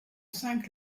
cinq